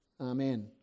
amen